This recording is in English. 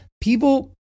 people